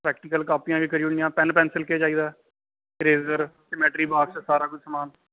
practical कापियां बी करी ओड़ियां पैन पैंसल केह् चाहिदा इरेजर जमैटरी बाक्स सारा कुछ समान